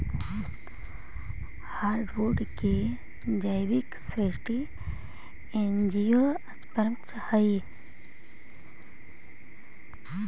hardwood के जैविक श्रेणी एंजियोस्पर्म हइ